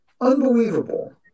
unbelievable